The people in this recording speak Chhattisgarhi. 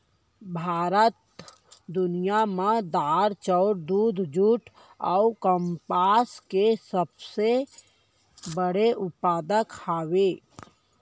भारत दुनिया मा दार, चाउर, दूध, जुट अऊ कपास के सबसे बड़े उत्पादक हवे